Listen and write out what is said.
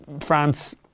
France